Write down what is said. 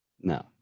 No